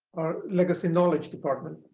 or legacy knowledge department,